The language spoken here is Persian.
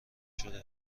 شده